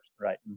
Right